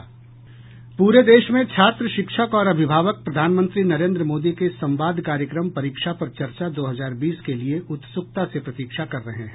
पूरे देश में छात्र शिक्षक और अभिभावक प्रधानमंत्री नरेन्द्र मोदी के संवाद कार्यक्रम परीक्षा पर चर्चा दो हजार बीस के लिए उत्सुकता से प्रतीक्षा कर रहे हैं